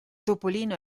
topolino